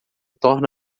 torna